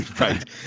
right